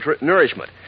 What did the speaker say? nourishment